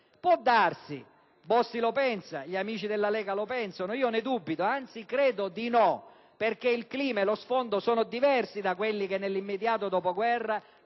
Può darsi che Bossi lo pensi, che gli amici della Lega lo pensino. Ne dubito, anzi credo di no, perché il clima e lo sfondo sono diversi da quelli che nell'immediato dopoguerra